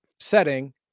setting